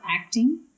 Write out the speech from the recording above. acting